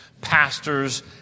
pastors